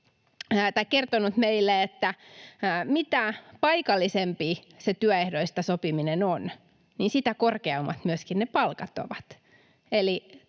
on kertonut meille, että mitä paikallisempi se työehdoista sopiminen on, sitä korkeammat myöskin ne palkat ovat,